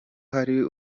hari